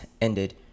ended